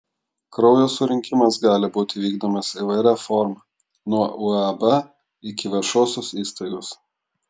kraujo surinkimas gali būti vykdomas įvairia forma nuo uab iki viešosios įstaigos